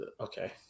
okay